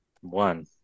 One